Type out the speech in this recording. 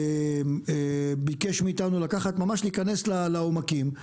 ביקש מאיתנו ממש להיכנס לעומקים.